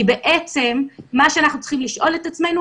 כי בעצם מה שאנחנו צריכים לשאול את עצמנו